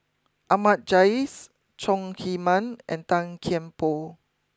Ahmad Jais Chong Heman and Tan Kian Por